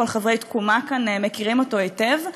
כל חברי תקומה כאן מכירים אותו היטב,